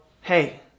hey